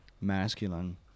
masculine